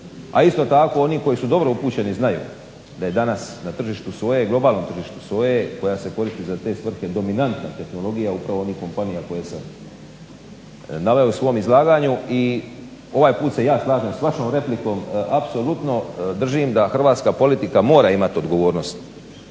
a isto tako oni koji su dobro upućeni znaju da je danas na globalom tržištu soje koja se koristi za te svrhe dominantna tehnologija upravo onih kompanija koje sam naveo u svom izlaganju. I ovaj put se ja slažem s vašom replikom apsolutno držim da hrvatska politika mora imati odgovornost